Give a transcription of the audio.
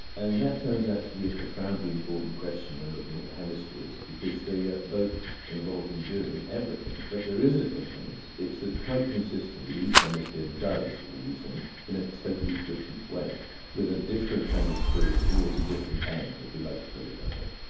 and that turns out to be a profoundly important question when looking at the hemispheres because they are both involved in doing everything. but there is a difference. it's that, quite consistently, each hemisphere does all these things in a totally different way with a different kind of spirit towards a different end, if you'd like to put it that way